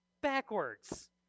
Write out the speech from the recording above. backwards